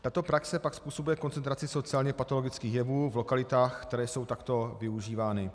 Tato praxe pak způsobuje koncentraci sociálněpatologických jevů v lokalitách, které jsou takto využívány.